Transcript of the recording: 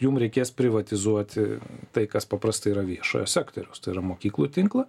jum reikės privatizuoti tai kas paprastai yra viešojo sektoriaus tai yra mokyklų tinklą